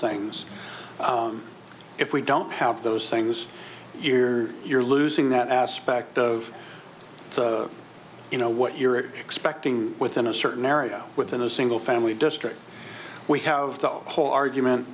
things if we don't have those things here you're losing that aspect of you know what you're expecting within a certain area within a single family district we have the whole argument